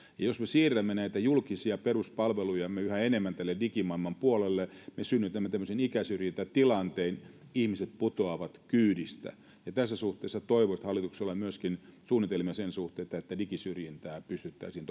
jos me siirrämme näitä julkisia peruspalvelujamme yhä enemmän tälle digimaailman puolelle me synnytämme tämmöisen ikäsyrjintätilanteen ihmiset putoavat kyydistä tässä suhteessa toivoisi että hallituksella on suunnitelmia myöskin sen suhteen että digisyrjintää pystyttäisiin